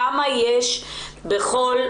כמה יש בכל,